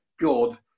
God